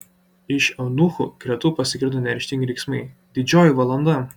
iš eunuchų gretų pasigirdo neryžtingi riksmai didžioji valanda